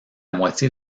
moitié